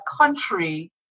country